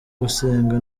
gusenga